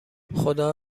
خدا